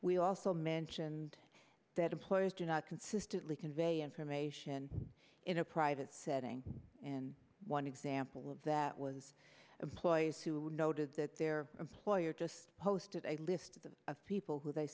we also mentioned that employers do not consistently convey information in a private setting and one example of that was employees who noted that their employer just posted a list of people who they